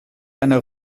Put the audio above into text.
einer